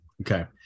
Okay